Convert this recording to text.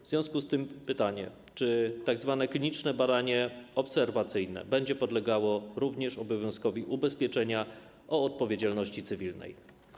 W związku z tym pytanie: Czy tzw. kliniczne badanie obserwacyjne będzie podlegało również obowiązkowi ubezpieczenia odpowiedzialności cywilnej?